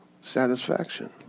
satisfaction